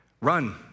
run